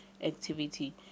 activity